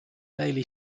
daily